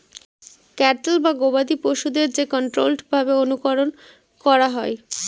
cattle বা গবাদি পশুদের যে কন্ট্রোল্ড ভাবে অনুকরন করা হয়